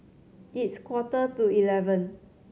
its quarter to eleven